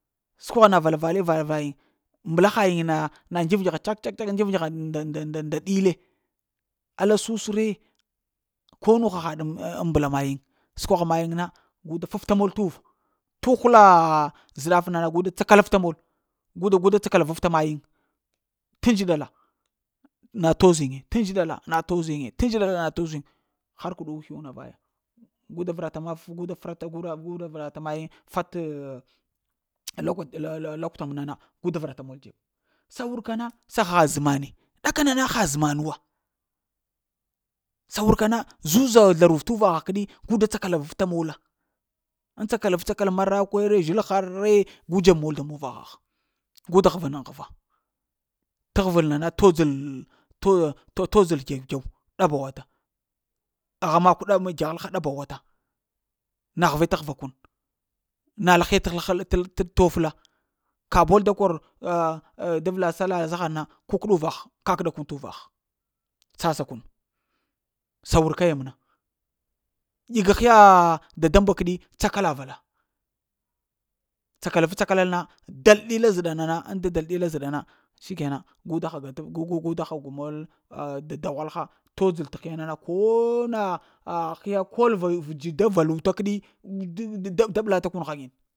Səkəvagha na va-vala-vala val yiŋ mbəla ha yin na ndyav ndyə ha na kyak-kyak ka nda nda nda ɗile alla sus re, ko nu ha haɗ ŋ mbəla mayiŋ səkwagha mayiŋ na gu da faf ta mol t'vo toghla zə ɗaf məna na gu da kəlaf ta mol guda guda tsakal afta mayiŋ t'ndzəɗa la na toz yiŋe t'ndzəɗa na toz um ya lar undeta na vaya guda vəra ta mak guda vəra ta mayiŋ fatah lakwa-lokta yiŋ na na gu da vəra ta mol dzebe. Sa wurka na sa ha zəmane, ɗakana na ha zəman wa, sa wurka na zuza zlarov t'uvahah kəɗi gu da tsakala vafta mola ŋ tsakalavafta mara kwa re ghil ha re gu dzeb mola da muvahaha guda ghva na ghra ta ghval nna t'dzəl lə t'dzəl dew-dew ɗaba wata aghe makw dam daba wata, na ghvw ta ghva kun, na alhe-təl alha tof la kabuwal da kor t'a-a-a da vla sallah azahar na kukəda uvagh kakuɗa kun t'vagh sassa kun, sa wurka ya məna ɗeg hiya dadamba kəɗi tsakala vala, tsakala vaf cakalal na dal dila zəɗa na na ŋ dadal dila zəɗa na si kenan gu da hagaŋ ta gu da-da-da hog mol t' daghwalha, t'dzəl t'hiya nana ko na ah hiya kol vədz da valuta kəɗi p da ɓla ta kun ghaŋini